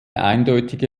eindeutige